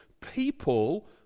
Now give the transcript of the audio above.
people